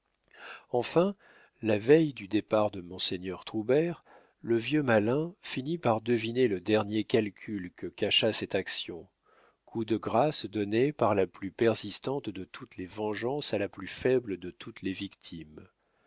enfin la veille du départ de monseigneur troubert le vieux malin finit par deviner le dernier calcul que cachât cette action coup de grâce donné par la plus persistante de toutes les vengeances à la plus faible de toutes les victimes